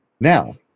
Now